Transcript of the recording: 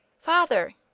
Father